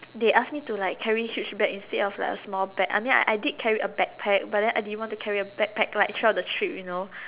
they ask me to like carry huge bag instead of like a small bag I mean I I did carry a back pack but then I didn't want to carry a back pack like throughout the trip you know